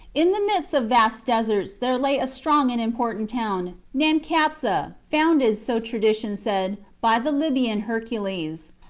in the midst of vast deserts there lay a strong and important town, named capsa, founded, so tradition said, by the libyan hercules.